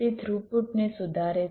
તે થ્રુપુટ ને સુધારે છે